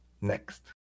next